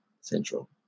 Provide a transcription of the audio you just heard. Central